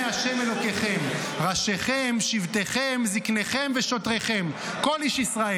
לפני ה' אלקיכם ראשיכם שבטיכם זקניכם ושֹׁטריכם כל איש ישראל"